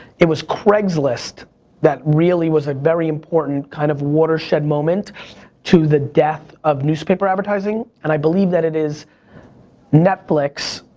it was craigslist that really was a very important, kind of watershed moment to the death of newspaper advertising, and i believe that it is netflix